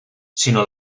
sinó